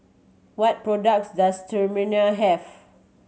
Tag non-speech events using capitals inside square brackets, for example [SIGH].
what products does [UNINTELLIGIBLE] have